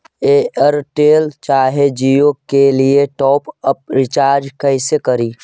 Airtel चाहे जियो के लिए टॉप अप रिचार्ज़ कैसे करी?